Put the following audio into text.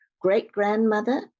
great-grandmother